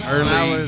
Early